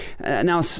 Now